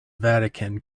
vatican